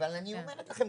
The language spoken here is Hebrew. אבל אני אומרת לכם,